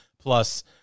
plus